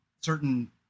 certain